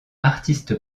artiste